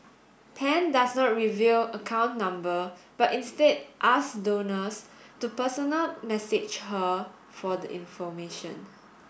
Pan does not reveal account number but instead asks donors to personal message her for the information